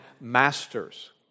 masters